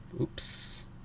Oops